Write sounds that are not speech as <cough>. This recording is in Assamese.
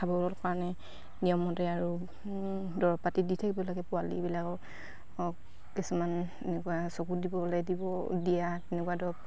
খাবৰ কাৰণে নিয়মতে আৰু দৰৱপাতি দি থাকিব লাগে পোৱালিবিলাক <unintelligible> কিছুমান এনেকুৱা চকুত দিবলে <unintelligible> তেনেকুৱা ধৰক